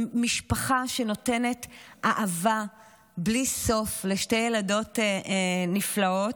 הם משפחה שנותנת אהבה בלי סוף לשתי ילדות נפלאות.